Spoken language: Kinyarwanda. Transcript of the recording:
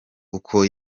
uko